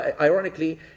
Ironically